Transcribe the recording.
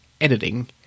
Editing